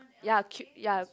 ya ya